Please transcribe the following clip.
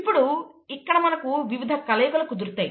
ఇప్పుడు ఇక్కడ మనకు వివిధ కలయికలు కుదురుతాయి